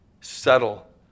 Subtle